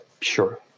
sure